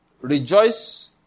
rejoice